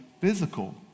physical